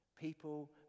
People